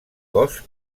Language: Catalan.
cos